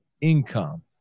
income